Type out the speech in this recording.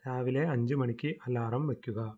രാവിലെ അഞ്ച് മണിക്ക് അലാറം വയ്ക്കുക